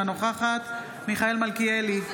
אינה נוכחת מיכאל מלכיאלי,